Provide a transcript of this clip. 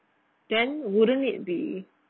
then wouldn't it be